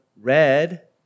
red